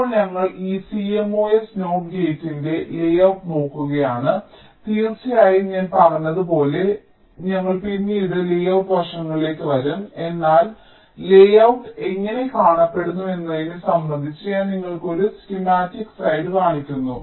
ഇപ്പോൾ ഞങ്ങൾ ഈ CMOS NOT ഗേറ്റിന്റെ ലേഔട്ട് നോക്കുകയാണ് തീർച്ചയായും ഞാൻ പറഞ്ഞതുപോലെ ഞങ്ങൾ പിന്നീട് ലേഔട്ട് വശങ്ങളിലേക്ക് വരും എന്നാൽ ലേഔട്ട് എങ്ങനെ കാണപ്പെടുന്നു എന്നതിനെ സംബന്ധിച്ച് ഞാൻ നിങ്ങൾക്ക് ഒരു സ്കീമാറ്റിക് സൈഡ് കാണിക്കുന്നു